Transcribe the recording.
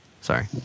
Sorry